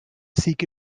seek